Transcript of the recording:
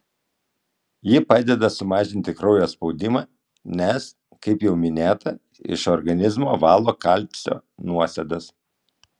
ji padeda sumažinti kraujo spaudimą nes kaip jau minėta iš organizmo valo kalcio nuosėdas